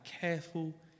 careful